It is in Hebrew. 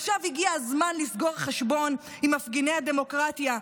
עכשיו הגיע הזמן לסגור חשבון עם מפגיני הדמוקרטיה,